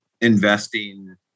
investing